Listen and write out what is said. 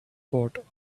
port